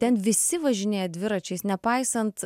ten visi važinėja dviračiais nepaisant